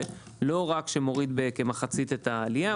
שלא רק שמוריד בכמחצית את העלייה,